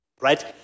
right